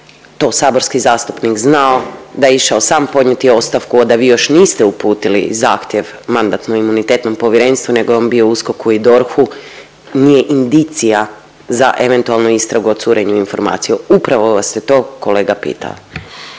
to saborski zastupnik znao, da je išao sam podnijeti ostavku, a da vi još niste uputili zahtjev Mandatno-imunitetnom povjerenstvu nego je on bio u USKOK-u i DORH-u nije indicija za eventualnu istragu o curenju informacija. Upravo vas je to kolega pitao.